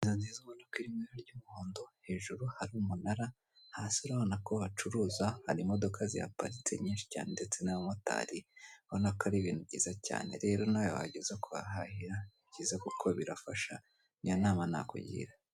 Inzu nziza iri mu ibara ry'umuhondo hejuru hari umunara hasi urabona ko acuruza hari imodoka ziparitse nyinshi cyane ndetse n'abamotari ubonana ko ari ibintu byiza cyane rero nawe wageze kuhahira ni byiza kuko birafasha ni iyo nama nakugira.